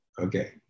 okay